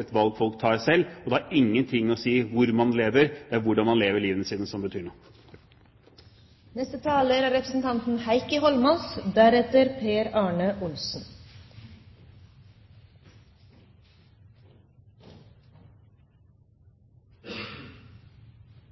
et valg folk tar selv, og det har ingenting å si hvor man lever – det er hvordan man lever livene sine, som betyr noe. Det er jo fristende å gå inn i en debatt med Christian Tybring-Gjedde. Det er